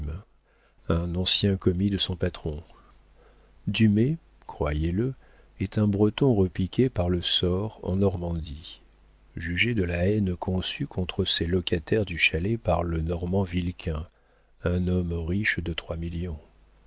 un ancien commis de son patron dumay croyez-le est un breton repiqué par le sort en normandie jugez de la haine conçue contre ses locataires du chalet par le normand vilquin un homme riche de trois millions